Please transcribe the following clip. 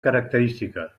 característica